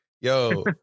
Yo